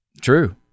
True